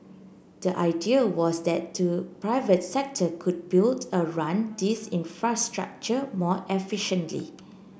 the idea was that the private sector could build and run these infrastructure more efficiently